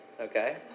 Okay